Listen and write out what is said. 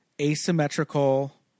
asymmetrical